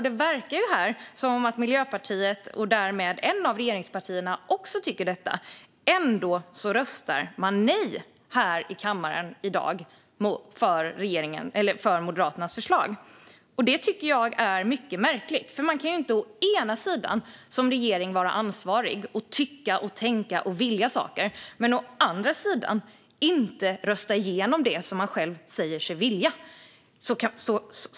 Det verkar som att Miljöpartiet och därmed ett av regeringspartierna också tycker så, men ändå röstar man nej till Moderaternas förslag här i kammaren i dag. Det tycker jag är mycket märkligt, för man kan inte å ena sidan som regering vara ansvarig och tycka och tänka och vilja saker och å andra sidan inte rösta igenom det som man själv säger sig vilja.